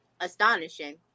astonishing